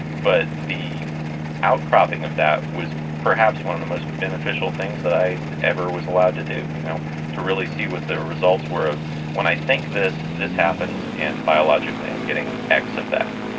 but the outcropping of that was perhaps one of the most beneficial things that i ever was allowed to do, you know to really see what the results were of when i think this, this happens, and biologically i'm getting x effect.